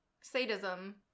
Sadism